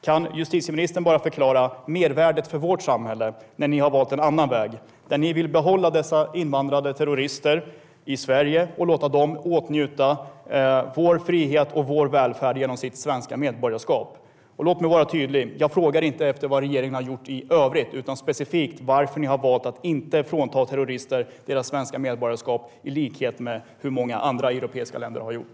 Kan justitieministern bara förklara mervärdet för vårt samhälle när ni har valt en annan väg där ni vill behålla dessa invandrade terrorister i Sverige och låta dem åtnjuta vår frihet och vår välfärd genom sitt svenska medborgarskap? Låt mig vara tydlig: Jag frågar inte efter vad regeringen har gjort i övrigt, utan specifikt varför ni har valt att inte frånta terrorister deras svenska medborgarskap i likhet med hur många andra europeiska länder har gjort.